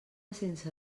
sense